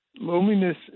Loneliness